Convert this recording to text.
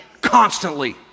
constantly